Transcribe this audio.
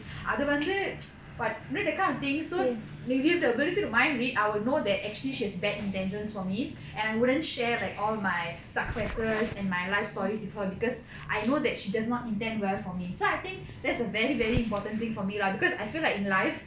அதுவந்து:adhuvandhu but you know that kind of things so if we have the ability to mind read I will know that actually she has bad intentions for me and I wouldn't share like all my successes and my life stories with her because I know that she does not intend well for me so I think that's a very very important thing for me lah because I feel like in life